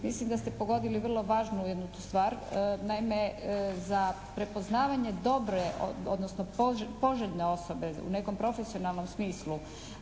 Mislim da ste pogodili vrlo važnu jednu stvar. Naime, za prepoznavanje dobre, odnosno poželjne osobe u nekom profesionalnom smislu